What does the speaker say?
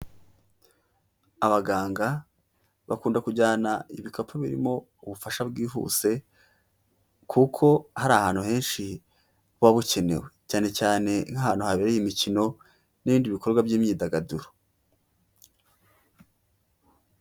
Abaganga bakunda kujyana ibikapu birimo ubufasha bwihuse kuko hari ahantu henshi buba bukenewe cyane cyane nk'ahantu habereye imikino n'ibindi bikorwa by'imyidagaduro.